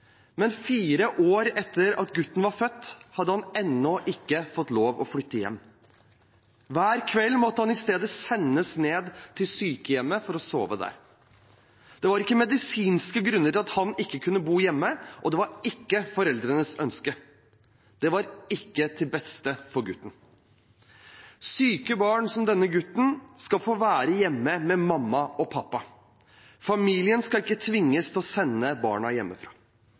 men fire år etter at gutten var født, hadde han ennå ikke fått lov til å flytte hjem. Hver kveld måtte han i stedet sendes ned til sykehjemmet for å sove der. Det var ikke medisinske grunner til at han ikke kunne bo hjemme, og det var ikke foreldrenes ønske. Det var ikke til beste for gutten. Syke barn, som denne gutten, skal få være hjemme med mamma og pappa. Familien skal ikke tvinges til å sende barna hjemmefra. Jeg er stolt og glad for at forslaget fra